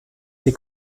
die